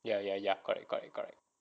ya ya ya correct correct correct